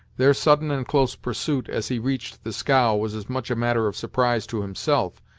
their sudden and close pursuit as he reached the scow was as much a matter of surprise to himself,